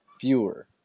fewer